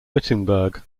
wittenberg